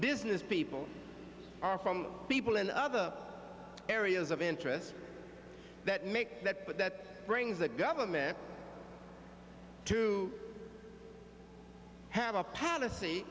business people are from people in other areas of interest that make that but that brings the government to have a p